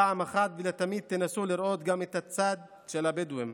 פעם אחת ולתמיד תנסו לראות גם את הצד של הבדואים.